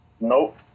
Nope